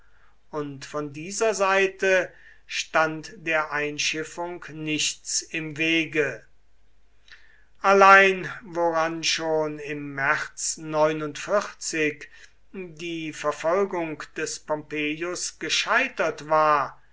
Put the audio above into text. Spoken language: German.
und von dieser seite stand der einschiffung nichts im wege allein woran schon im märz die verfolgung des pompeius gescheitert war